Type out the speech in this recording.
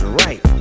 right